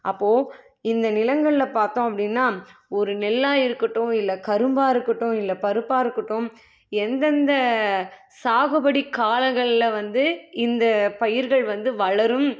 அப்போ இந்த நிலங்களில் பார்த்தோம் அப்படின்னா ஒரு நெல்லாக இருக்கட்டும் இல்லை கரும்பாக இருக்கட்டும் இல்லை பருப்பாக இருக்கட்டும் எந்தெந்த சாகுபடி காலங்களில் வந்து இந்த பயிர்கள் வந்து வளரும்